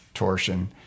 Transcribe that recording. torsion